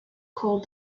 called